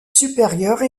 supérieure